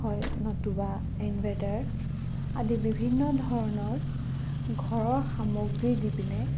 হয় নতুবা ইনভাৰ্টাৰ আদি বিভিন্ন ধৰণৰ ঘৰৰ সামগ্ৰী দি পিনে